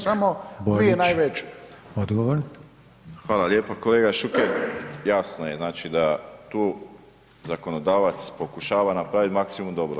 Hvala lijepo, kolega Šuker, jasno je znači da tu zakonodavac pokušava napraviti maksimum dobro.